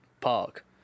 Park